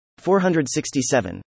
467